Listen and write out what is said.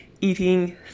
eating